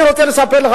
אני רוצה לספר לך,